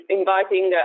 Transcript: inviting